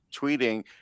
tweeting